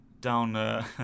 down